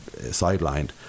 sidelined